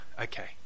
okay